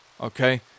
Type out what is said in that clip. okay